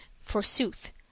forsooth